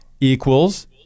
equals